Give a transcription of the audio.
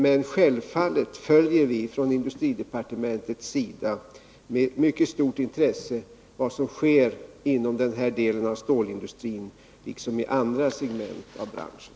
Men självfallet följer vi från industridepartementets sida med mycket stort intresse vad som sker inom denna del av stålindustrin liksom inom andra segment av branschen.